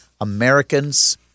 Americans